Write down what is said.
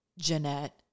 Jeanette